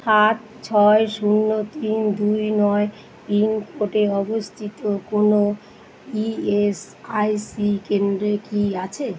সাত ছয় শূন্য তিন দুই নয় পিন কোডে অবস্থিত কোনও ইএসআইসি কেন্দ্রে কি আছে